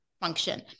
function